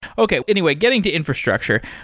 okay. anyway, getting to infrastructure,